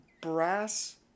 brass